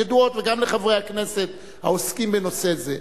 וגם לחברי הכנסת העוסקים בנושא זה.